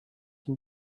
dem